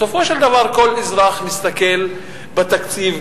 בסופו של דבר כל אזרח מסתכל על התקציב,